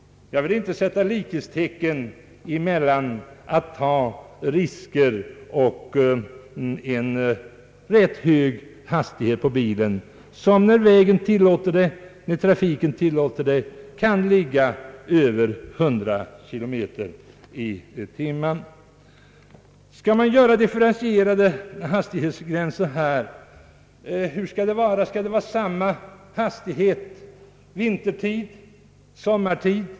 Jag vill inte sätta likhetstecken mellan att ta trafikrisker och en rätt hög hastighet, som när vägen och trafiken tillåter kan ligga över 100 kilometer i timmen. Hur skall en differentierad hastighetsbegränsning göras? Skall det vara samma hastighet vintertid och sommartid?